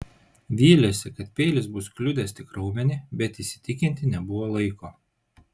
vylėsi kad peilis bus kliudęs tik raumenį bet įsitikinti nebuvo laiko